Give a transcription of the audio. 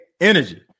energy